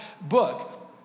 book